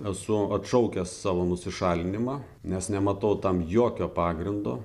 esu atšaukęs savo nusišalinimą nes nematau tam jokio pagrindo